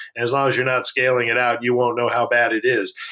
as long as you're not scaling it out, you won't know how bad it is.